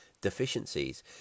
deficiencies